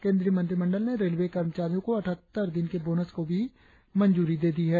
केंद्रीय मंत्रिमंडल ने रेलवे कर्मचारियों को अट्ठहत्तर दिन के बोनस को भी मंजूरी दी है